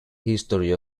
history